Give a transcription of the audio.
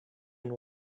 and